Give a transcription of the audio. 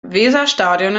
weserstadion